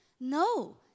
No